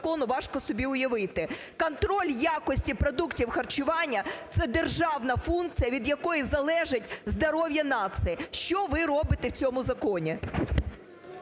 ви робите в цьому законі.